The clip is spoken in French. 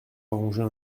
arranger